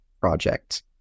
project